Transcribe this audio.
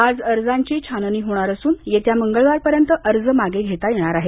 आज अर्जांची छाननी होणार असून येत्या मंगळवार पर्यंत अर्ज मागे घेता येणार आहेत